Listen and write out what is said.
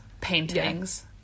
paintings